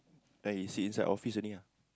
then you sit inside office only ah